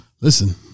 listen